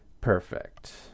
Perfect